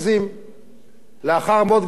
אחרי מות קדושים אמור,